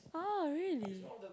ah really